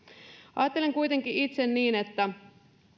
ajattelen kuitenkin itse niin että